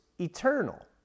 eternal